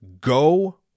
go